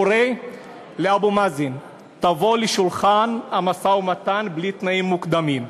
קורא לאבו מאזן: בוא לשולחן המשא-ומתן בלי תנאים מוקדמים.